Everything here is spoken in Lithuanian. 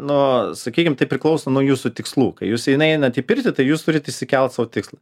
nu sakykim tai priklauso nuo jūsų tikslų kai jūs įeinat į pirtį tai jūs turit išsikelt sau tikslą